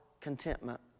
contentment